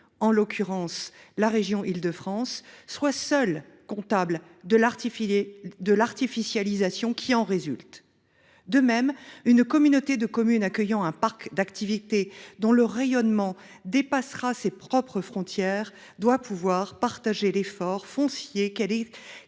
en l’occurrence de la région Île de France, soit seule comptable de l’artificialisation qui en résulte. De même, une communauté de communes accueillant un parc d’activités dont le rayonnement dépassera ses propres frontières, au bénéfice de toutes les